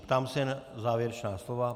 Ptám se na závěrečná slova.